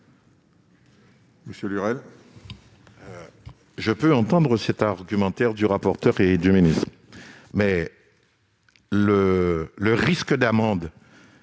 monsieur Lurel,